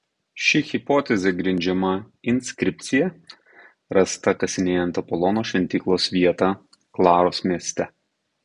ši hipotezė grindžiama inskripcija rasta kasinėjant apolono šventyklos vietą klaros mieste